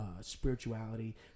spirituality